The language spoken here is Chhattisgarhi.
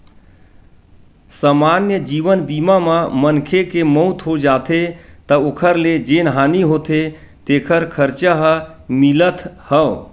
समान्य जीवन बीमा म मनखे के मउत हो जाथे त ओखर ले जेन हानि होथे तेखर खरचा ह मिलथ हव